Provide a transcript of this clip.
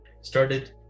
Started